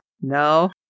No